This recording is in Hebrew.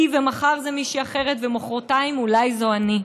ומחר זו מישהי אחרת ומוחרתיים אולי זו אני.